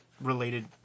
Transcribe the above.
related